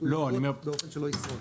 להיות באופן שלא ישרוד.